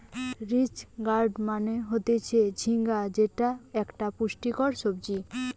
ridge gourd মানে হচ্ছে ঝিঙ্গা যেটা একটা পুষ্টিকর সবজি